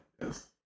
Yes